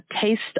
taste